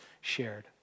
shared